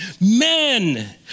Men